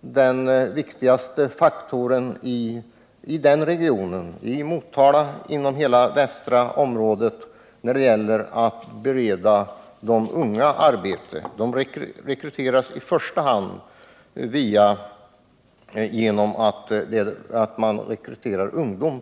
den viktigaste faktorn i Motalaregionen — ja, inom hela västra länsdelen — när det gäller att bereda de unga arbete. Rekryteringen till det företaget har i första hand skett genom att man anställt ungdomar.